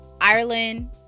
ireland